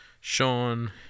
Sean